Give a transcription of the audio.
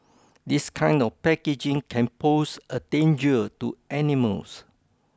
this kind of packaging can pose a danger to animals